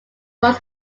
roads